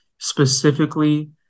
specifically